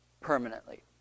permanently